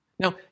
Now